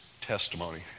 testimony